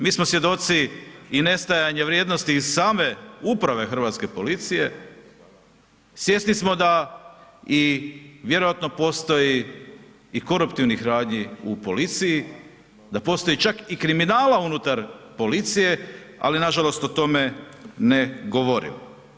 Mi smo svjedoci i nestajanja vrijednosti iz same uprave hrvatske policije, svjesni smo da i vjerovatno postoji i koruptivnih radnji u policiji, da postoji čak i kriminala unutar policije ali nažalost o tome ne govorimo.